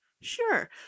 Sure